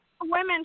women